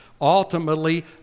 ultimately